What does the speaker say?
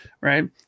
right